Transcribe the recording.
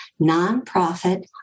nonprofit